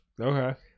Okay